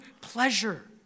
pleasure